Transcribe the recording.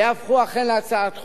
ויהפכו אכן להצעת חוק.